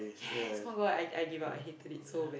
yes [oh]-my-God I I give up I hated it so bad